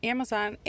Amazon